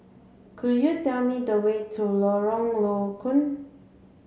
could you tell me the way to Lorong Low Koon